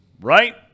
right